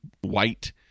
white